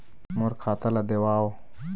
मोर खाता ला देवाव?